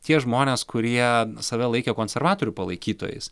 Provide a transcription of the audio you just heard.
tie žmonės kurie save laikė konservatorių palaikytojais